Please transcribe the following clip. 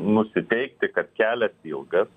nusiteikti kad kelias ilgas